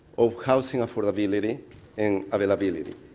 of houseing affordability and availability.